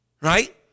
right